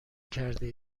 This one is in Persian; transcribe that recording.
کرده